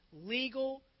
legal